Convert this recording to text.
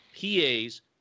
PAs